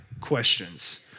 questions